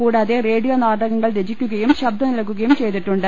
കൂടാതെ റേഡിയോ നാടകങ്ങൾ രചി ക്കുകയും ശബ്ദം നൽകൂകയും ചെയ്തിട്ടുണ്ട്